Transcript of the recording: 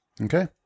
Okay